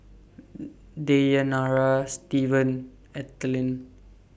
Deyanira Stevan Ethelyn